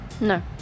no